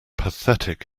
pathetic